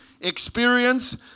experience